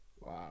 Wow